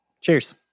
Cheers